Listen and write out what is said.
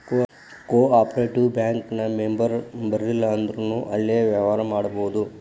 co operative bank ಇನ್ ಮೆಂಬರಿರ್ಲಿಲ್ಲಂದ್ರುನೂ ಅಲ್ಲೆ ವ್ಯವ್ಹಾರಾ ಮಾಡ್ಬೊದು